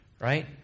right